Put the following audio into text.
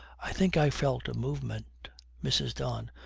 i think i felt a movement mrs. don.